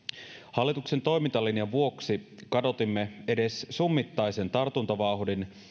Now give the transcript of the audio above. hallituksen toimintalinjan vuoksi kadotimme edes summittaisen tartuntavauhdin